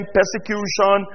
persecution